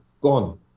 gone